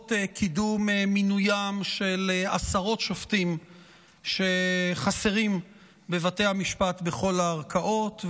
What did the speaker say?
לרבות קידום מינוים של עשרות שופטים שחסרים בבתי המשפט בכל הערכאות.